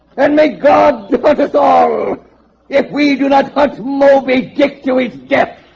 and make god to but to all if we do not hunt moby dick to his death